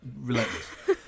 relentless